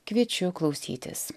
kviečiu klausytis